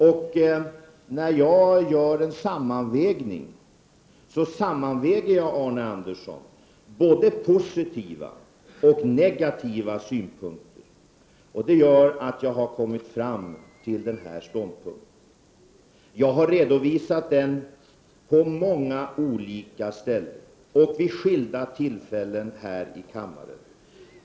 När jag gör en sammanvägning, Arne Andersson, sker det av positiva och negativa synpunkter. Då har jag kommit fram till denna ståndpunkt. Jag har redovisat den på många olika ställen och vid skilda tillfällen här i kammaren.